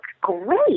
great